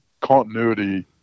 continuity